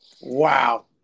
Wow